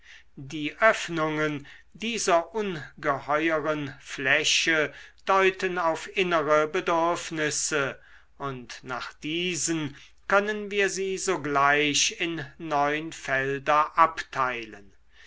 die öffnungen dieser ungeheueren fläche deuten auf innere bedürfnisse und nach diesen können wir sie sogleich in neun felder abteilen